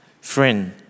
Friend